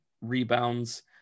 rebounds